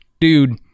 dude